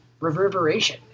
reverberation